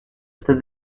after